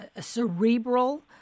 cerebral